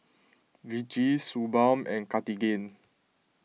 Vichy Suu Balm and Cartigain